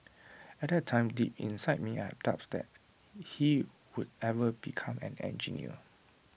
at that time deep inside me I had doubts that he would ever become an engineer